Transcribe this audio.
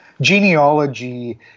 genealogy